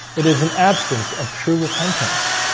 it is an absence of true repentance